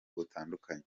butandukanye